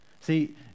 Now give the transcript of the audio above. See